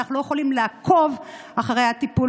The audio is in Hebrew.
ואנחנו לא יכולים לעקוב אחרי הטיפול